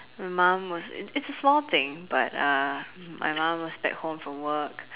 my mum was it it's a small thing but uh my mum was back home from work